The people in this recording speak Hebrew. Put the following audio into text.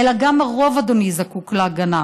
אלא גם הרוב, אדוני, זקוק להגנה.